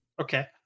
Okay